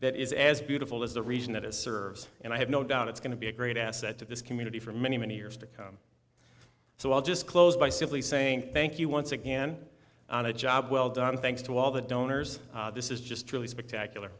that is as beautiful as the region that it serves and i have no doubt it's going to be a great asset to this community for many many years to come so i'll just close by simply saying thank you once again on a job well done thanks to all the donors this is just truly spectacular